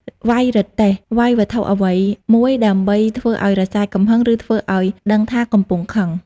វ៉ៃរទេះ វ៉ៃវត្ថុអ្វីមួយដើម្បីធ្វើឱ្យរសាយកំហឹង ឬធ្វើឱ្យដឹងថាកំពុងខឹង។